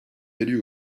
élu